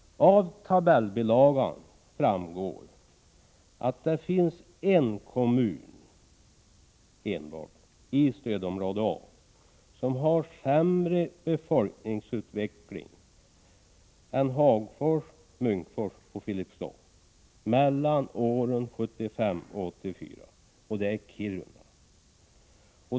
Av tabellbilagan framgår att det finns enbart en kommun i stödområde A som har sämre befolkningsutveckling än Hagfors, Munkfors och Filipstad mellan åren 1975 och 1984, och det är Kiruna.